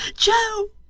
joe,